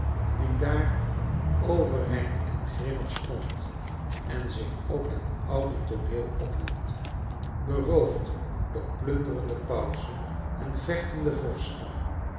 die daar overeind en grimmig stond en zich op het oude tooneel ophield beroofd door plunderende pausen en vechtende vorsten